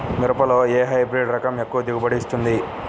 మిరపలో ఏ హైబ్రిడ్ రకం ఎక్కువ దిగుబడిని ఇస్తుంది?